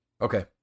Okay